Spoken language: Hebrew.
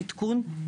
עדכון,